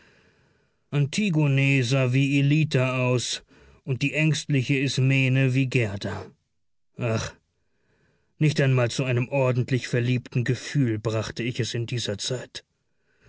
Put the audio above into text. sah wie ellita aus und die ängstliche ismene wie gerda ach nicht einmal zu einem ordentlich verliebten gefühle brachte ich es in dieser zeit